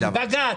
בג"ץ.